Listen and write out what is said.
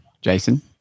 Jason